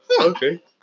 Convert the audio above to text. Okay